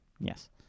Yes